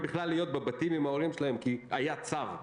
להיות בבתים עם ההורים שלהם כי היה צו.